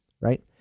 Right